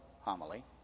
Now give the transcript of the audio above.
homily